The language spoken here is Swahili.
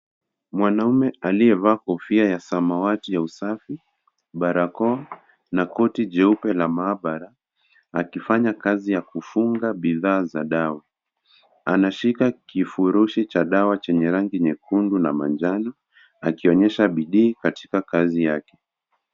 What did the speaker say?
Mwanaume aliyevaa kofia ya samawati ya usafi, barakoa na koti jeupe la maabara, akifanya kazi ya kufunga bidhaa za dawa. Anashika kifurushi cha dawa chenye rangi nyekundu na manjano, akionyesha bidii katika kazi yake.